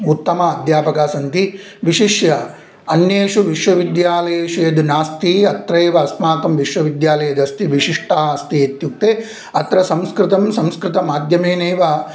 उत्तम अध्यापका सन्ति विशिष्य अन्येषु विश्वविद्यालयेषु यद् नास्ति अत्रैव अस्माकं विश्वविद्यालये यदस्ति विशिष्टा अस्ति इत्युक्ते अत्र संस्कृतं संस्कृतमाध्यमेनैव